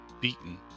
beaten